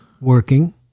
working